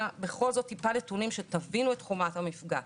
טיפה נתונים כדי שתבינו את חומרת המפגע,